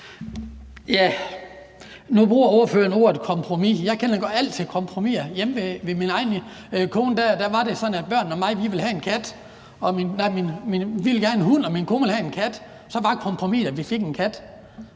Nu bruger ordføreren ordet kompromis. Jeg kender alt til kompromiser. Hjemme hos min kone og mig var det sådan, at børnene og jeg ville have en hund og min kone ville have en kat, og så var kompromiset, at vi fik en kat.